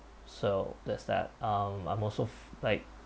so that's that um I'm also f~ like